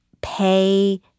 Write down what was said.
pay